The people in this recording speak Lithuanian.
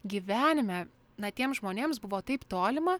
gyvenime na tiems žmonėms buvo taip tolima